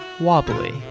wobbly